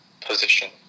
position